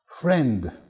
Friend